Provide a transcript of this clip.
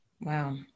Wow